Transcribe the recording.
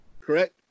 correct